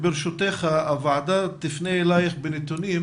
אם תרצו שנרחיב, נוכל לעשות זאת.